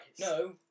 No